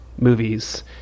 movies